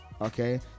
Okay